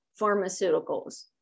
pharmaceuticals